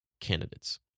candidates